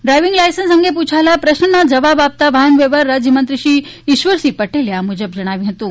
driving licence અંગે પૂછાયેલા પ્રશ્નનો જવાબ આપતા વાહનવ્યવહાર રાજયમંત્રીશ્રી ઇશ્વરસિંહ પટેલે આ મુજબ જણાવ્યુ હતુ